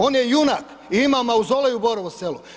On je junak i ima mauzolej u Borovu selu.